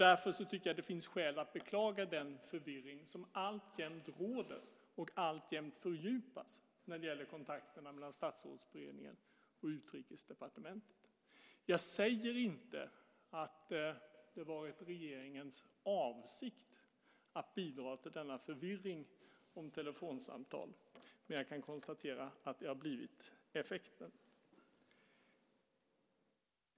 Därför tycker jag att det finns skäl att beklaga den förvirring som alltjämt råder och alltjämt fördjupas när det gäller kontakterna mellan Statsrådsberedningen och Utrikesdepartementet. Jag säger inte att det har varit regeringens avsikt att bidra till denna förvirring om telefonsamtal. Men jag kan konstatera att detta har blivit effekten.